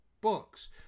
books